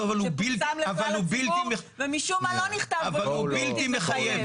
אבל הוא בלתי --- פורסם לציבור ומשום מה לא נכתב שהוא בלתי מחייב,